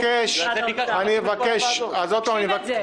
בגלל זה ביקשנו להקים את כל הוועדות.